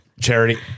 Charity